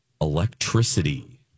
electricity